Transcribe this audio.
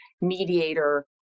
mediator